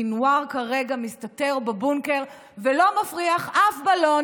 סנוואר כרגע מסתתר בבונקר ולא מפריח אף בלון,